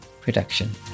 production